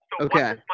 Okay